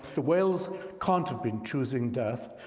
the whales can't have been choosing death,